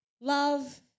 Love